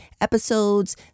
episodes